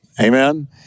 amen